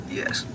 yes